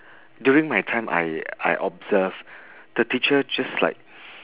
during my time I I observe the teacher just like